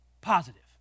positive